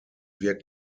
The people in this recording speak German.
wirkt